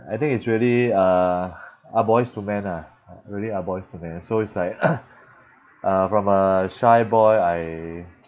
I think it's really uh ah boys to men ah really ah boys to men so it's like uh from a shy boy I